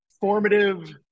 formative